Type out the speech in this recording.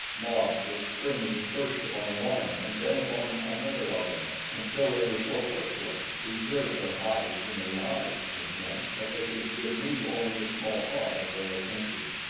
nobs was springing first upon one and then upon another of them until they were so put to it to preserve their hides and their lives from him that they could give me only a small part of their attention.